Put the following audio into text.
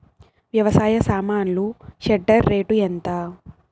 వ్యవసాయ సామాన్లు shredder rate ఎంత?